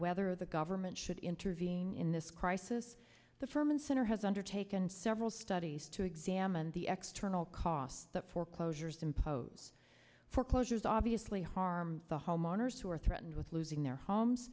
whether the government should intervene in this crisis the firman center has undertaken several studies to examine the extra costs that foreclosures impose foreclosures obviously harm the homeowners who are threatened with losing their homes